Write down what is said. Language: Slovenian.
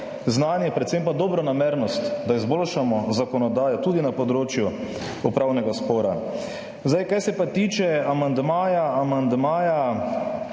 znanje, predvsem pa dobronamernost, da izboljšamo zakonodajo tudi na področju upravnega spora. Kar se pa tiče amandmaja k 26.a